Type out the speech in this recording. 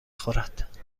خورد